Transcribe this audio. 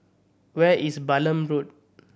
where is Balam Road